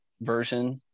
version